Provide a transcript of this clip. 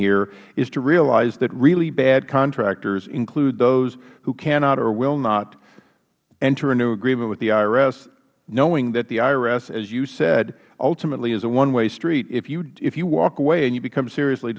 here to realize that really bad contractors include those who cannot or will not enter into agreement with the irs knowing that the irs as you said ultimately is a one way street if you walk away and you become seriously